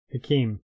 Hakeem